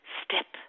step